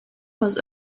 was